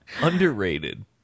Underrated